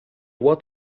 what